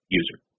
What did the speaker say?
user